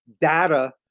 data